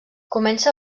comença